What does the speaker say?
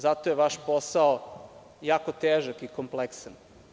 Zato je vaš posao jako težak i kompleksan.